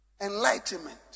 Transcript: enlightenment